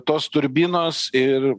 tos turbinos ir